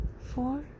four